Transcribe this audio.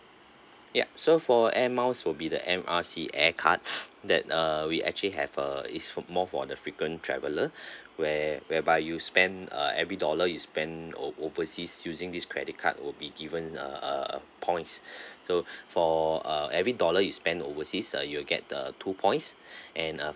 yup so for air miles will be the M_R_C air card that uh we actually have uh it's more for the frequent treveller where whereby you spend uh every dollar you spend o~ overseas using this credit card will be given uh uh uh points so for uh every dollar you spend overseas uh you'll get the uh two points and uh